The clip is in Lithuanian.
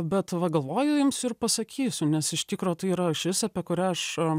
bet va galvoju imsiu ir pasakysiu nes iš tikro tai yra ašis apie kurią aš